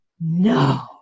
no